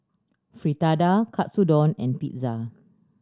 Fritada Katsudon and Pizza